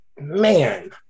man